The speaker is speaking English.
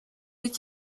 could